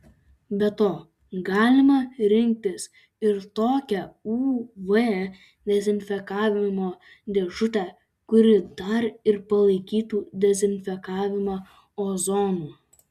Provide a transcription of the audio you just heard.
be to galima rinktis ir tokią uv dezinfekavimo dėžutę kuri dar ir palaikytų dezinfekavimą ozonu